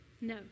No